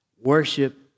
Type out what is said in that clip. Worship